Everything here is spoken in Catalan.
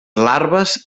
larves